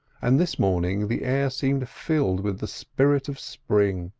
and this morning the air seemed filled with the spirit of spring.